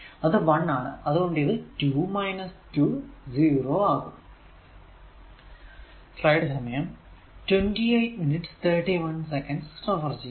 അത് 1 ആണ് അതുകൊണ്ട് 2 2 0 ആകും